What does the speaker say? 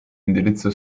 indirizzo